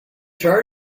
charge